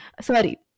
sorry